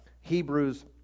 Hebrews